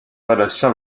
relation